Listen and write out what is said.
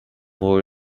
more